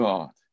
God